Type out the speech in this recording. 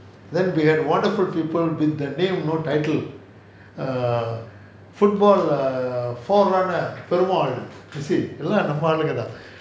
then we had wonderful people with the name no title err football err fore runner perumal எல்லாம் நம்ம ஆளுங்க தான்:yellaam namma aalunga thaan that's it